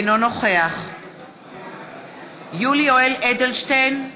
אינו נוכח יולי יואל אדלשטיין,